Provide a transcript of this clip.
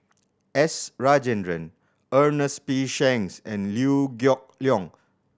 S Rajendran Ernest P Shanks and Liew Geok Leong